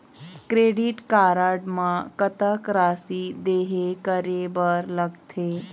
Credit card म कतक राशि देहे करे बर लगथे?